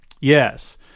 Yes